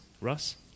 Russ